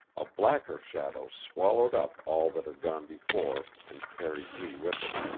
a blacker shadow swallowed up all that had gone before, and carried me with it.